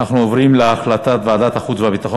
אנחנו עוברים להצבעה על החלטת ועדת החוץ והביטחון